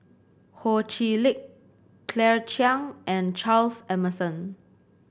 Ho Chee Lick Claire Chiang and Charles Emmerson